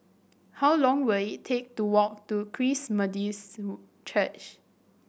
how long will it take to walk to Christ Methodist Church